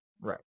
Right